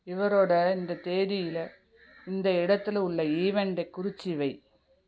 இவரோடய இந்த தேதியில் இந்த இடத்துல உள்ள ஈவெண்டை குறித்து வை